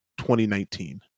2019